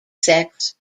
sex